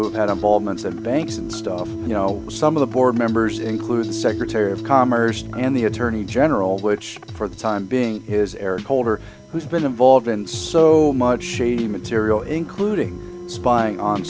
who've had a moments of banks and stuff you know some of the board members include secretary of commerce and the attorney general which for the time being is eric holder who's been involved in so much material including spying on